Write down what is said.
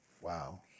Wow